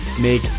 make